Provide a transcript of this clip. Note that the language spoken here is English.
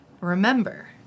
remember